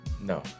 No